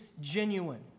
genuine